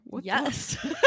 Yes